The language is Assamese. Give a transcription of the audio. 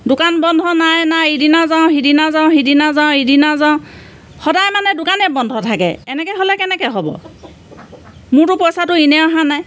দোকান বন্ধ নাই নাই ইদিনা যাওঁ সিদিনা যাওঁ সিদিনা যাওঁ ইদিনা যাওঁ সদায় মানে দোকানে বন্ধ থাকে এনেকে হ'লে কেনেকে হ'ব মোৰতো পইচাটো ইনেই অহা নাই